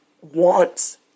wants